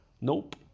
Nope